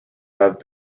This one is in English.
have